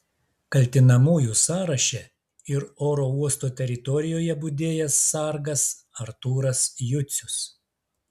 kaltinamųjų sąraše ir oro uosto teritorijoje budėjęs sargas artūras jucius